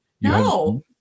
No